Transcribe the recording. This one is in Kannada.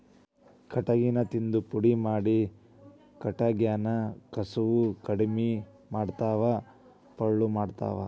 ಕಟಗಿನ ತಿಂದ ಪುಡಿ ಮಾಡಿ ಕಟಗ್ಯಾನ ಕಸುವ ಕಡಮಿ ಮಾಡತಾವ ಪಳ್ಳ ಮಾಡತಾವ